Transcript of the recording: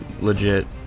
legit